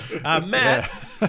Matt